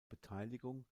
beteiligung